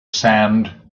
sand